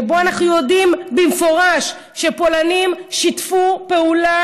כשאנחנו יודעים במפורש שפולנים שיתפו פעולה